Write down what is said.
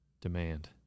Demand